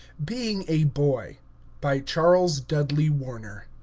being a boy by charles dudley warner